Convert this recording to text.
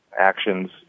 actions